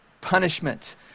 punishment